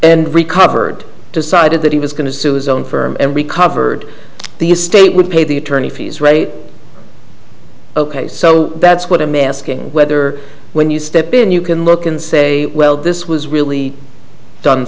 and recovered decided that he was going to sue his own firm and recovered the estate would pay the attorney fees rate ok so that's what i'm asking whether when you step in you can look and say well this was really done